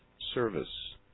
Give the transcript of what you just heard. Service